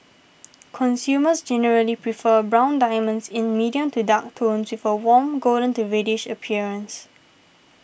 consumers generally prefer brown diamonds in medium to dark tones with a warm golden to reddish appearance